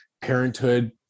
parenthood